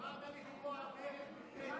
גמרת לכרוע ברך בפני טיבי?